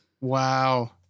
Wow